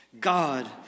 God